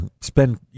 spend